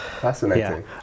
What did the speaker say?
Fascinating